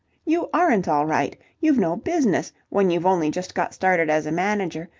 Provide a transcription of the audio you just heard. you aren't all right. you've no business, when you've only just got started as a manager,